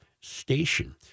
Station